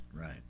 Right